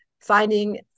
finding